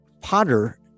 Potter